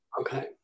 Okay